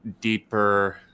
deeper